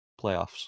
playoffs